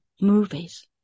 movies